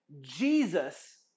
Jesus